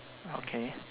okay